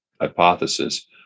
hypothesis